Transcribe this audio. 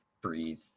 breathe